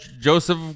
Joseph